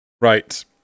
Right